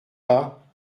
pas